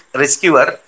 rescuer